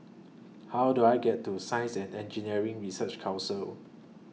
How Do I get to Science and Engineering Research Council